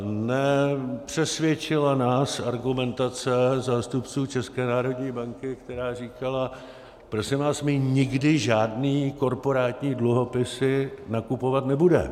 Nepřesvědčila nás argumentace zástupců České národní banky, která říkala: Prosím vás, my nikdy žádné korporátní dluhopisy nakupovat nebudeme.